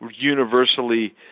universally